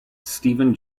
stephen